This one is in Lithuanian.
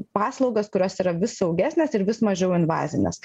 paslaugas kurios yra vis saugesnės ir vis mažiau invazinės